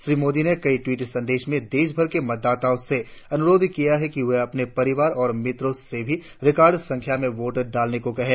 श्री मोदी ने कई टवीट संदेशो में देशभर के मतदाताओ से अनुरोध किया कि वे अपने परिवार और मित्रों से भी रिकॉर्ड संख्या में वोट डालने को कहे